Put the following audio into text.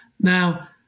Now